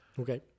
Okay